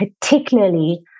particularly